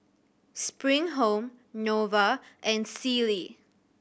Spring Home Nova and Sealy